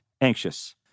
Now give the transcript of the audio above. anxious